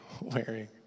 wearing